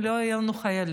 אם לא יהיו לנו חיילים,